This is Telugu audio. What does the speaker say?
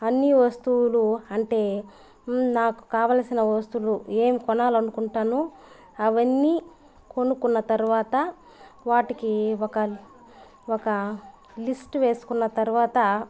అన్నీ వస్తువులు అంటే నాకు కావలసిన వస్తువులు ఏం కొనాలనుకుంటానో అవన్నీ కొనుక్కున్న తర్వాత వాటికి ఒక ఒక లిస్ట్ వేసుకున్న తర్వాత